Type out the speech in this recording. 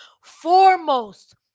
foremost